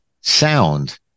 Sound